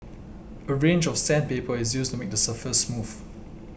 a range of sandpaper is used to make the surface smooth